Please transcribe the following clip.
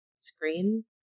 screen